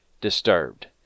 disturbed